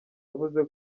yavuze